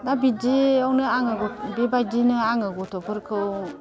दा बिदियावनो आङो बेबायदिनो आङो गथ'फोरखौ